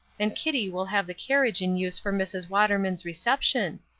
and kitty will have the carriage in use for mrs. waterman's reception.